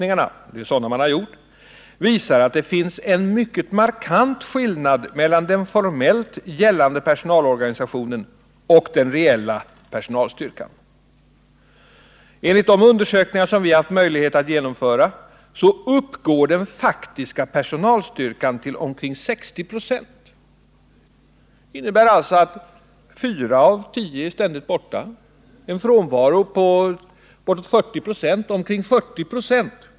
Man har gjort undersökningar som visar att ”det finns en mycket markant skillnad mellan den formellt gällande personalorganisationen och den reella personalstyrkan. Enligt de undersökningar, som vi haft möjligheter att genomföra, uppgår den faktiska personalstyrkan till omkring 60 96.” Det innebär att fyra av tio är ständigt borta, en frånvaro på omkring 40 96.